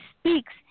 speaks